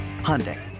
Hyundai